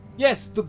Yes